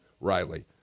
Riley